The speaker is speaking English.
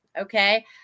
Okay